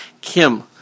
Kim